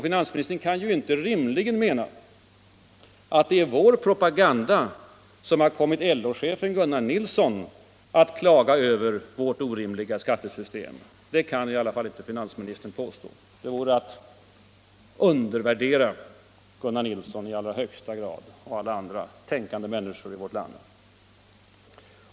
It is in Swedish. Finansministern kan inte rimligen mena att det är vår propaganda som har kommit LO-chefen Gunnar Nilsson att klaga över det orimliga skattesystemet. Det vore att undervärdera Gunnar Nilsson och alla andra tänkande människor i vårt land i allra högsta grad.